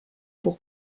pour